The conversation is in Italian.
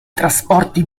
trasporti